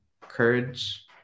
courage